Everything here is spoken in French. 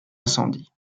incendie